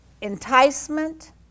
enticement